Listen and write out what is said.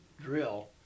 drill